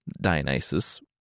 Dionysus